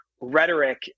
rhetoric